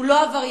הוא לא עבריין.